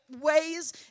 ways